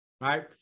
right